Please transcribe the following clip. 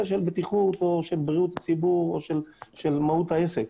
של בטיחות או בריאות הציבור או מהות העסק.